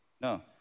no